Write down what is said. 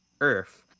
Earth